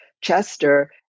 Chester